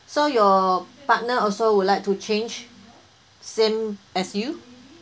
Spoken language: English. so your partner also would like to change same as you